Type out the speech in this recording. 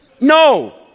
No